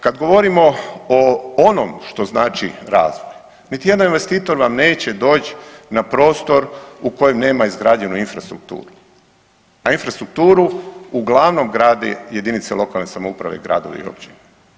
Kad govorimo o onom što znači razvoj, niti jedan investitor vam neće doći na prostor u kojem nema izgrađenu infrastrukturu, a infrastrukturu uglavnom gradi jedinice lokalne samouprave i gradovi i općine.